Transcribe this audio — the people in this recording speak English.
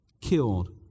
killed